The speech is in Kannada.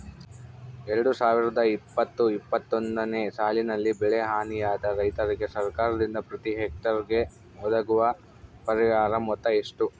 ಎರಡು ಸಾವಿರದ ಇಪ್ಪತ್ತು ಇಪ್ಪತ್ತೊಂದನೆ ಸಾಲಿನಲ್ಲಿ ಬೆಳೆ ಹಾನಿಯಾದ ರೈತರಿಗೆ ಸರ್ಕಾರದಿಂದ ಪ್ರತಿ ಹೆಕ್ಟರ್ ಗೆ ಒದಗುವ ಪರಿಹಾರ ಮೊತ್ತ ಎಷ್ಟು?